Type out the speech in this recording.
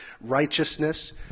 Righteousness